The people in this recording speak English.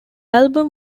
album